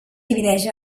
divideix